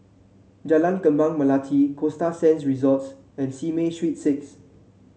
Jalan Kembang Melati Costa Sands Resort and Simei Street Six